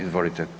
Izvolite.